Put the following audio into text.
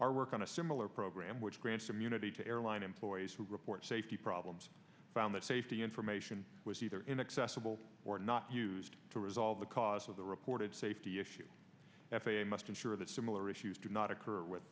or work on a similar program which grants immunity to airline employees who report safety problems found that safety information was either inaccessible or not used to resolve the cause of the reported safety issue f a a must ensure that similar issues do not occur